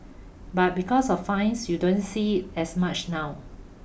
but because of fines you don't see as much now